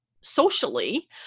socially